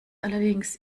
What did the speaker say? allerdings